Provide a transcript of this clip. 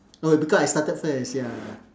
oh because I started first ya